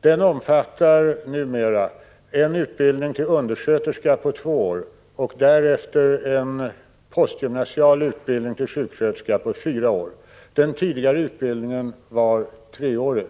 Denna omfattar numera en tvåårig sjuksköterskeutbildning och vidare en fyraårig postgymnasial sjuksköterskeutbildning. Den tidigare utbildningen var treårig.